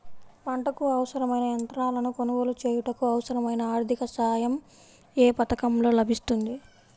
పంటకు అవసరమైన యంత్రాలను కొనగోలు చేయుటకు, అవసరమైన ఆర్థిక సాయం యే పథకంలో లభిస్తుంది?